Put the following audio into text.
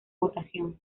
votación